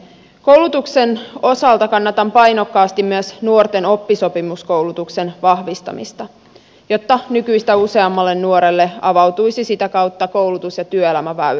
koulutuksen osalta kannatan painokkaasti myös nuorten oppisopimuskoulutuksen vahvistamista jotta nykyistä useammalle nuorelle avautuisi sitä kautta koulutus ja työelämäväylä